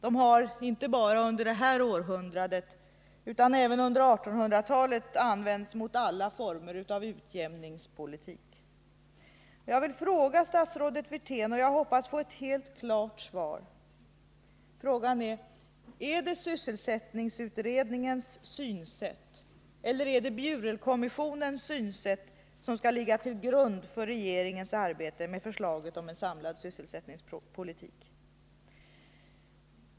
De har inte bara under det här århundradet utan även under 1800-talet använts mot alla former av utjämningspolitik. Jag vill ställa en fråga till statsrådet Wirtén, och jag hoppas att jag får ett klart svar. Frågan lyder: Är det sysselsättningsutredningens synsätt eller Bjurelkommissionens som skall ligga till grund för regeringens arbete med förslaget om en samlad sysselsättningspolitik?